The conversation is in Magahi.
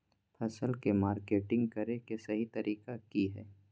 फसल के मार्केटिंग करें कि सही तरीका की हय?